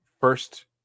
first